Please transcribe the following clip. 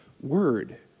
word